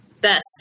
Best